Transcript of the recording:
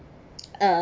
uh